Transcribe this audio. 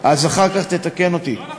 אז אחר כך תתקן אותי.